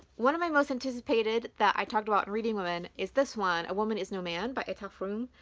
one of my most anticipated that i talked about in reading women is this one a woman is no man by etaf rum.